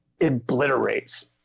Obliterates